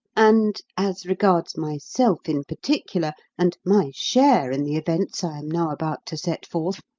and, as regards myself in particular, and my share in the events i am now about to set forth,